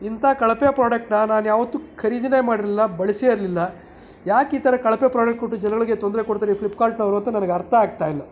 ಇಂಥ ಕಳಪೆ ಪ್ರಾಡಕ್ಟ್ನಾ ನಾನು ಯಾವತ್ತೂ ಖರೀದಿನೇ ಮಾಡಿರ್ಲಿಲ್ಲ ಬಳ್ಸಿಯೇ ಇರಲಿಲ್ಲ ಯಾಕೆ ಈ ಥರ ಕಳಪೆ ಪ್ರಾಡಕ್ಟ್ ಕೊಟ್ಟು ಜನಗಳ್ಗೆ ತೊಂದರೆ ಕೊಡ್ತಾರೆ ಈ ಫ್ಲಿಪ್ಕಾರ್ಟ್ನವರು ಅಂತ ನನಗೆ ಅರ್ಥ ಆಗ್ತಾಯಿಲ್ಲ